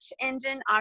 engine